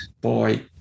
boy